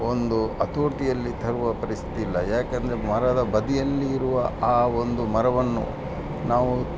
ಒಂದು ಹತೋಟಿಯಲ್ಲಿ ತರುವ ಪರಿಸ್ಥಿತಿ ಇಲ್ಲ ಯಾಕೆಂದ್ರೆ ಮರದ ಬದಿಯಲ್ಲಿ ಇರುವ ಆ ಒಂದು ಮರವನ್ನು ನಾವು